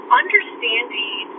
understanding